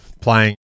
playing